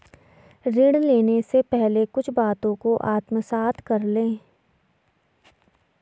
ऋण लेने से पहले कुछ बातों को आत्मसात कर लें